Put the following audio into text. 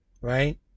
right